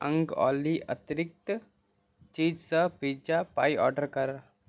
अगं ऑली अतिरिक्त चीजसह पिझ्झा पाय ऑर्डर कर